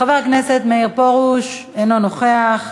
חבר הכנסת מאיר פרוש, אינו נוכח.